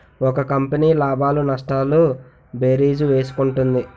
ఒక కంపెనీ లాభాలు నష్టాలు భేరీజు వేసుకుంటుంది